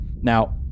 now